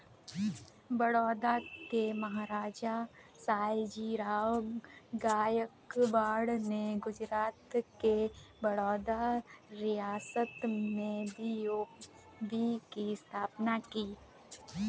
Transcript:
बड़ौदा के महाराजा, सयाजीराव गायकवाड़ ने गुजरात के बड़ौदा रियासत में बी.ओ.बी की स्थापना की